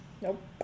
nope